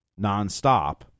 nonstop